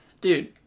dude